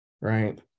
right